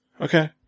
okay